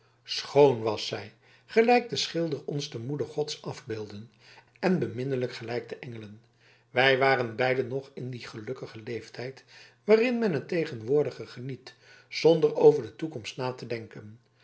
schoon was zij gelijk de schilders ons de moeder gods afbeelden en beminnelijk gelijk de engelen wij waren beiden nog in dien gelukkigen leeftijd waarin men het tegenwoordige geniet zonder over de toekomst na te denken